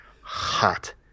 hot